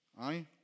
Aye